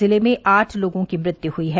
जिले में आठ लोगों की मृत्यु हुई है